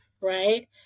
right